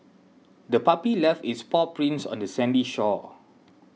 the puppy left its paw prints on the sandy shore